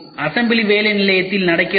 assembly வேலை நிலையத்தில் நடக்கிறது